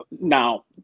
Now